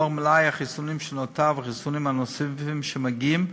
לאור מלאי החיסונים שנותר והחיסונים הנוספים שמגיעים,